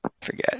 Forget